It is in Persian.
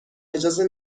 اجازه